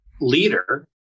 leader